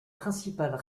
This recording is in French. principales